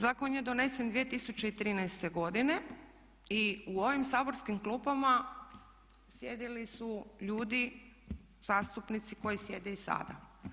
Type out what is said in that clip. Zakon je donesen 2013. godine i u ovim saborskim klupama sjedili su ljudi zastupnici koji sjede i sada.